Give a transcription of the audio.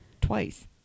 twice